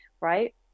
right